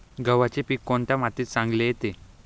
गव्हाचे पीक कोणत्या मातीत चांगले येते?